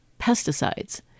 pesticides